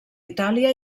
itàlia